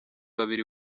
babiri